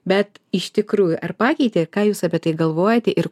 bet iš tikrųjų ar pakeitė ką jūs apie tai galvojate ir